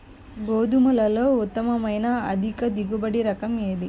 గోధుమలలో ఉత్తమమైన అధిక దిగుబడి రకం ఏది?